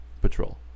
patrol